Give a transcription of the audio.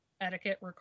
etiquette